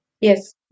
Yes